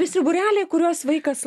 visi būreliai kuriuos vaikas